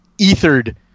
ethered